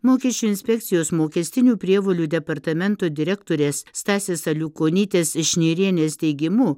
mokesčių inspekcijos mokestinių prievolių departamento direktorės stasės aliukonytės šnirienės teigimu